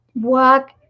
work